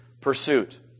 pursuit